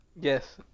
Yes